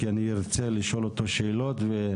כי אני ארצה לשאול אותו שאלות.